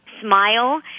smile